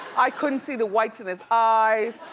i couldn't see the whites in his eyes,